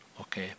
okay